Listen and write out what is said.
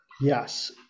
Yes